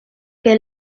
que